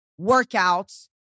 workouts